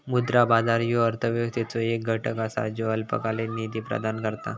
मुद्रा बाजार ह्यो अर्थव्यवस्थेचो एक घटक असा ज्यो अल्पकालीन निधी प्रदान करता